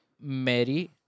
Mary